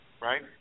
right